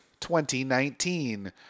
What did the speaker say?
2019